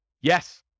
Yes